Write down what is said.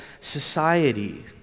society